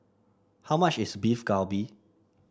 how much is Beef Galbi